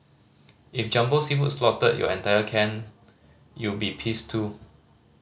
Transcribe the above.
if Jumbo Seafood slaughtered your entire clan you'll be pissed too